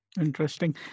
Interesting